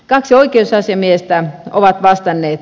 kaksi oikeusasiamiestä ovat vastanneet